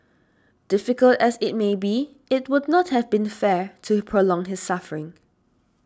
difficult as it may be it would not have been fair to prolong his suffering